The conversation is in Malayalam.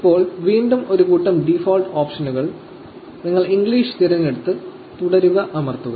ഇപ്പോൾ വീണ്ടും ഒരു കൂട്ടം ഡീഫോൾട് ഓപ്ഷനുകൾ നിങ്ങൾ ഇംഗ്ലീഷ് തിരഞ്ഞെടുത്ത് 'തുടരുക' അമർത്തുക